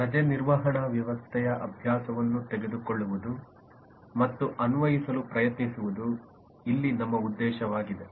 ರಜೆ ನಿರ್ವಹಣಾ ವ್ಯವಸ್ಥೆಯ ಅಭ್ಯಾಸವನ್ನು ತೆಗೆದುಕೊಳ್ಳುವುದು ಮತ್ತು ಅನ್ವಯಿಸಲು ಪ್ರಯತ್ನಿಸುವುದು ಇಲ್ಲಿ ನಮ್ಮ ಉದ್ದೇಶವಾಗಿದೆ